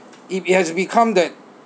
if it has become that